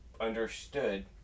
understood